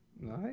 Nice